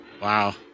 Wow